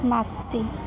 मागचे